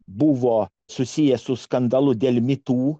buvo susijęs su skandalu dėl mitų